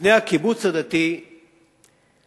בפני הקיבוץ הדתי עמד